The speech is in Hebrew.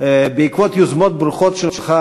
בעקבות יוזמות ברוכות שלך,